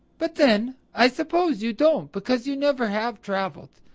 but then, i suppose you don't because you never have traveled.